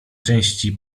części